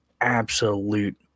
absolute –